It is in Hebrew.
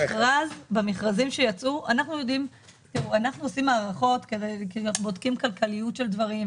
במכרזים שיצאו אנחנו עושים הערכות כי אנחנו בודקים כלכליות של דברים,